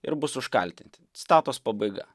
ir bus užkaltinti citatos pabaiga